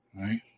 right